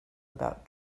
about